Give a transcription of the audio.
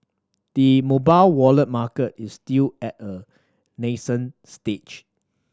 the mobile wallet market is still at a nascent stage